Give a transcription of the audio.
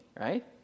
right